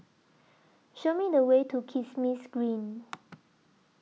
Show Me The Way to Kismis Green